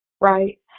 Right